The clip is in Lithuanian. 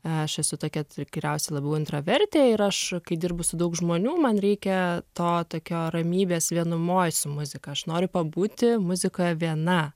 aš esu tokia tikriausiai labiau intravertė ir aš kai dirbu su daug žmonių man reikia to tokio ramybės vienumoj su muzika aš noriu pabūti muzikoje viena